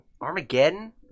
Armageddon